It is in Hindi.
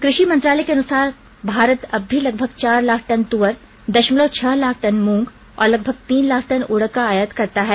कृषि मंत्रालय के अनुसार भारत अब भी लगभग चार लाख टन तुअर दशमलव छह लाख टन मूंग और लगभग तीन लाख टन उडद का आयात करता है